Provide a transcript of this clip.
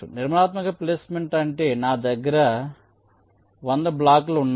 నిర్మాణాత్మక ప్లేస్మెంట్ అంటే నా దగ్గర ఉంది నా దగ్గర 100 బ్లాక్లు ఉన్నాయి